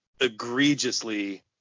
egregiously